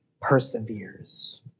perseveres